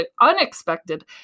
unexpected